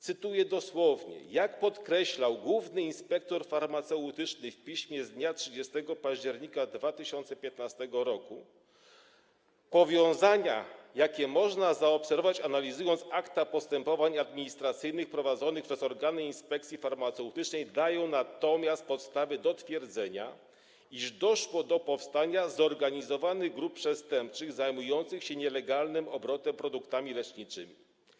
Cytuję: Jak podkreślał główny inspektor farmaceutyczny w piśmie z dnia 30 października 2015 r., powiązania, jakie można zaobserwować, analizując akta postępowań administracyjnych prowadzonych przez organy Inspekcji Farmaceutycznej, dają podstawy do twierdzenia, iż doszło do powstania zorganizowanych grup przestępczych zajmujących się nielegalnym obrotem produktami leczniczymi.